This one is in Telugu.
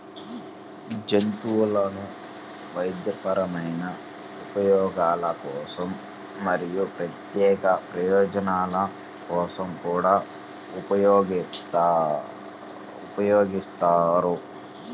జంతువులను వైద్యపరమైన ఉపయోగాల కోసం మరియు ప్రత్యేక ప్రయోజనాల కోసం కూడా ఉపయోగిస్తారు